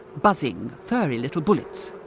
buzzing, furry little bullets.